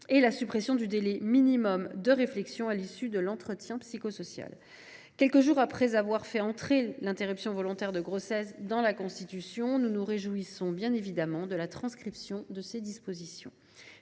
et la suppression du délai minimum de réflexion à l’issue de l’entretien psychosocial. Quelques jours après avoir fait entrer l’interruption volontaire de grossesse dans la Constitution, nous nous réjouissons bien évidemment de la transcription de ces dispositions.